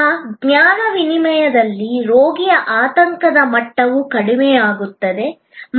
ಆ ಜ್ಞಾನ ವಿನಿಮಯದಲ್ಲಿ ರೋಗಿಯ ಆತಂಕದ ಮಟ್ಟವು ಕಡಿಮೆಯಾಗುತ್ತದೆ